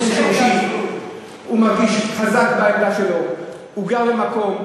הוא מדבר על המקומי,